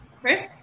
Chris